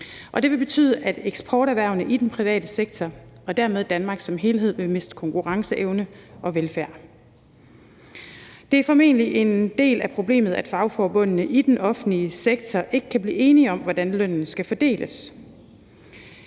det vil betyde, at eksporterhvervene i den private sektor og dermed Danmark som helhed vil miste konkurrenceevne og velfærd. Det er formentlig en del af problemet, at fagforbundene i den offentlige sektor ikke kan blive enige om, hvordan lønnen skal fordeles.